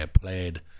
played